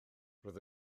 roedd